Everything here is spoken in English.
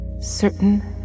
Certain